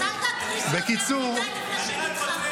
אז אל תגדישו יותר מידי, לפני שנתחרט.